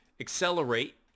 Accelerate